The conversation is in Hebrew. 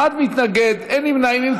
אחד מתנגד, אין נמנעים.